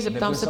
Zeptám se...